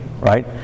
right